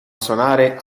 suonare